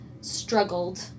struggled